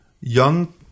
young